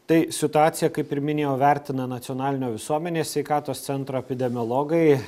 tai situaciją kaip ir minėjau vertina nacionalinio visuomenės sveikatos centro epidemiologai